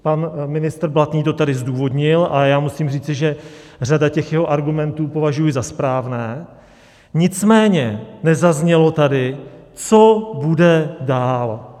Pan ministr Blatný to tady zdůvodnil a já musím říci, že řadu jeho argumentů považuji za správnou, nicméně nezaznělo tady, co bude dál.